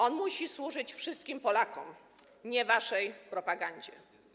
On musi służyć wszystkim Polakom, nie waszej propagandzie.